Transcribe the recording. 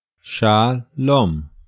Shalom